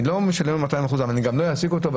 אני לא משלם לו 200% אבל אני גם לא אעסיק אותו,